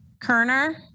Kerner